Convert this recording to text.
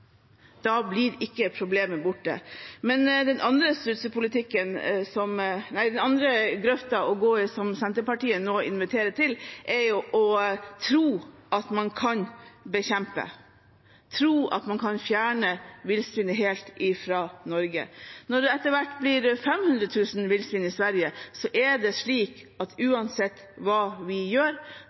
Da blir ikke problemet borte. Den andre grøfta å gå i, som Senterpartiet nå inviterer til, er å tro at man kan bekjempe, tro at man kan fjerne villsvinet helt fra Norge. Når det etter hvert blir 500 000 villsvin i Sverige, er det slik at uansett hva vi gjør,